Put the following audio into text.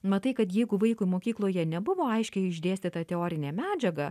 matai kad jeigu vaikui mokykloje nebuvo aiškiai išdėstyta teorinė medžiaga